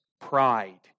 pride